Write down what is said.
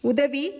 உதவி